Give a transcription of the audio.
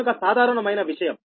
కనుక సాధారణమైన విషయం